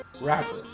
Rapper